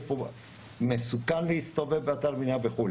איפה מסוכן להסתובב באתר בנייה וכו',